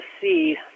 see